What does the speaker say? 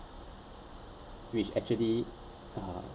which actually uh